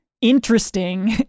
interesting